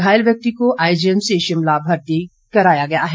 घायल व्यक्ति को आईजीएमसी भर्ती कराया गया है